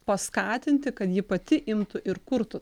paskatinti kad ji pati imtų ir kurtų